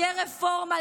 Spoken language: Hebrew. תהיה רפורמה,